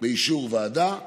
באישור ועדה,